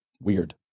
Weird